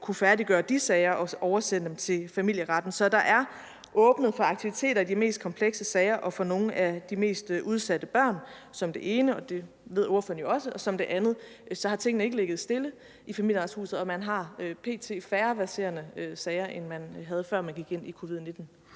kunne færdiggøre de sager og oversende dem til Familieretten. Så der er åbnet for aktiviteter i de mest komplekse sager og for nogle af de mest udsatte børn som det ene – det ved ordføreren jo også – og som det andet har tingene ikke ligget stille i Familieretshuset, og man har p.t. færre verserende sager, end man havde, før man gik ind i